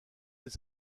les